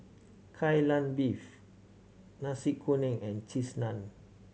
Kai Lan Beef Nasi Kuning and Cheese Naan